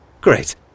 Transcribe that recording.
Great